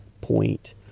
point